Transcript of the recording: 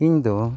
ᱤᱧᱫᱚ